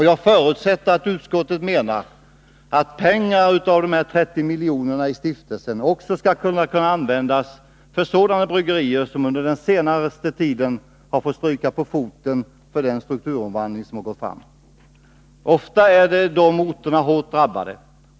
Jag förutsätter att utskottet menar att de 30 miljonerna i stiftelsen också skall kunna användas försådana bryggerier som under den senaste tiden fått stryka på foten för den strukturomvandling som gått fram. Ofta är de orter där de ligger hårt drabbade.